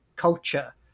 culture